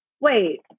wait